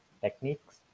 Techniques